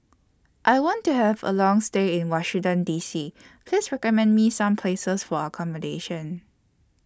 I want to Have A Long stay in Washington D C Please recommend Me Some Places For accommodation